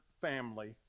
family